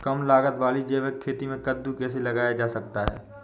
कम लागत वाली जैविक खेती में कद्दू कैसे लगाया जा सकता है?